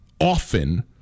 often